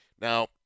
Now